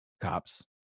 Cops